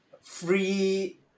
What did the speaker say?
free